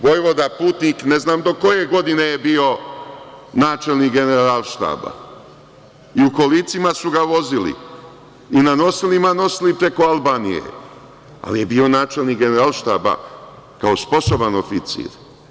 Vojvoda Putnik ne znam do koje godine je bio načelnik Generalštaba i u kolicima su ga vozili i na nosilima nosili preko Albanije, ali je bio načelnik Generalštaba, kao sposoban oficir.